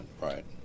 right